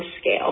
scale